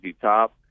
Top